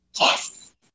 Yes